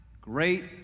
great